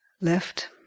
left